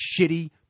shitty